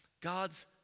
God's